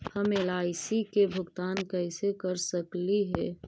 हम एल.आई.सी के भुगतान कैसे कर सकली हे?